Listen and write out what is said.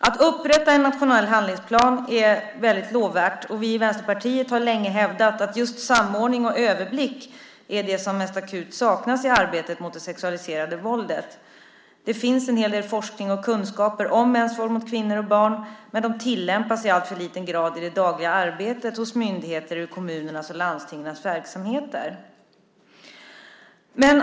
Att upprätta en nationell handlingsplan är lovvärt, och vi i Vänsterpartiet har länge hävdat att just samordning och överblick är det som mest akut saknas i arbetet mot det sexualiserade våldet. Det finns en hel del forskning och kunskap om mäns våld mot kvinnor och barn, men det tillämpas i alltför liten grad i det dagliga arbetet hos myndigheter och i kommunernas och landstingens verksamheter.